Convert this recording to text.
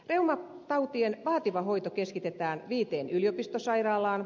reumatautien vaativa hoito keskitetään viiteen yliopistosairaalaan